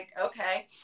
okay